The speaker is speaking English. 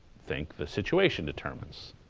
think the situation determines.